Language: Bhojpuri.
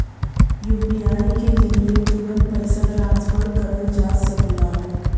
यू.पी.आई के जरिये तुरंत पइसा ट्रांसफर करल जा सकला